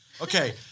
Okay